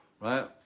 right